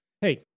hey